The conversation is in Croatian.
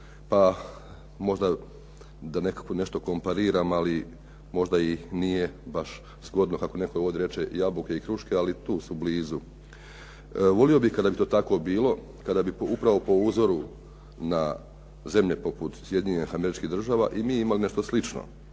pa možda da nekako nešto kompariram, ali možda i nije baš zgodno, kako netko ovdje reče jabuke i kruške, ali tu su blizu. Volio bih kada bi to tako bilo, kada bi upravo na uzoru na zemlje poput Sjedinjenih Američkih Država i mi imali nešto slično